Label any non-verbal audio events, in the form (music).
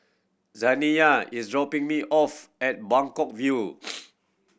Zaniyah is dropping me off at Buangkok View (noise)